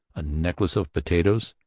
a necklace of potatoes,